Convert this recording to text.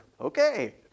Okay